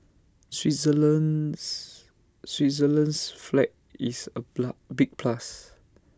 Switzerland's Switzerland's flag is A big plus